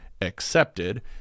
accepted